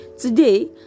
Today